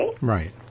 right